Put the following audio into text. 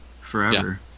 Forever